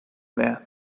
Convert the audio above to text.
there